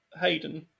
Hayden